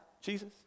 Jesus